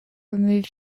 removed